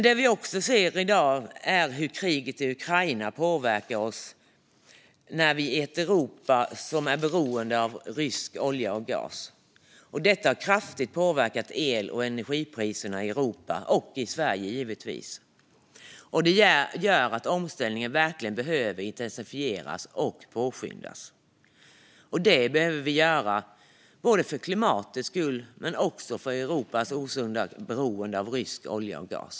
Det vi också ser i dag är hur kriget i Ukraina påverkar oss i ett Europa som är beroende av rysk olja och gas. Detta har kraftigt påverkat el och energipriserna i Europa och, givetvis, i Sverige. Det gör att omställningen verkligen behöver intensifieras och påskyndas. Vi behöver göra det både för klimatets skull och för att komma ifrån Europas osunda beroende av rysk olja och gas.